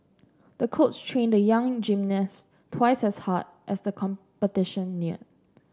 the coach trained the young gymnast twice as hard as the competition neared